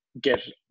get